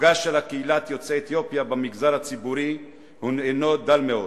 ייצוגה של קהילת יוצאי אתיופיה במגזר הציבורי הינו דל מאוד.